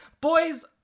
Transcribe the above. boys